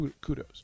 Kudos